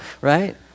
right